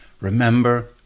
remember